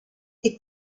est